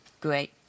Great